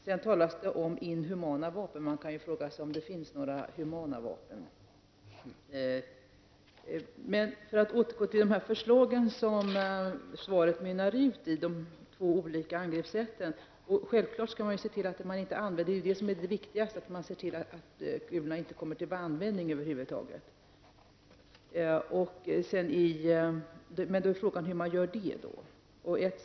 Det talas om ''inhumana'' vapen, men man kan då fråga sig om det finns några ''humana'' vapen. Jag återgår till de två förslag som svaret mynnar ut i om de olika angreppssätten. Det viktigaste är självfallet att se till att kulorna inte kommer till användning över huvud taget. Då är frågan: Hur skall man åstadkomma detta?